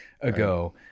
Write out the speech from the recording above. ago